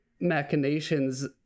machinations